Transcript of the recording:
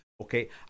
Okay